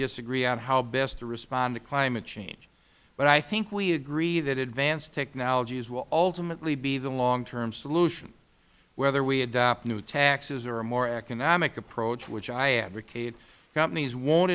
disagree on how best to respond to climate change but i think we agree that advanced technologies will ultimately be the long term solution whether we adopt new taxes or a more economic approach which i advocate companies won't